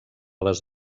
les